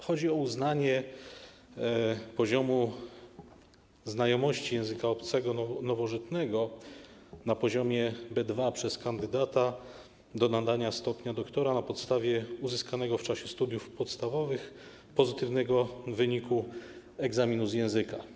Chodzi o uznanie poziomu znajomości nowożytnego języka obcego na poziomie B2 przez kandydata do nadania stopnia doktora na podstawie uzyskanego w czasie studiów podstawowych pozytywnego wyniku egzaminu z języka.